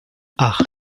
acht